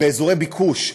באזורי ביקוש,